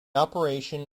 operation